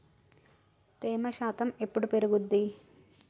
తేమ శాతం ఎప్పుడు పెరుగుద్ది?